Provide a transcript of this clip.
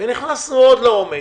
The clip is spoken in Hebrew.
נכנסנו עוד לעומק